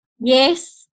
Yes